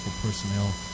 personnel